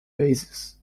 basis